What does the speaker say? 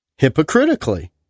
hypocritically